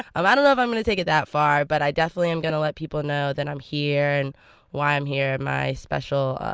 i don't know if i'm going to take it that far. but i definitely am going to let people know that i'm here and why i'm here and my special,